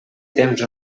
temps